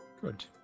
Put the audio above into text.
Good